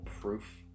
proof